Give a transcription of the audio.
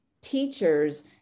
teachers